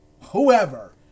whoever